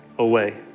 away